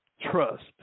trust